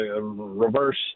reverse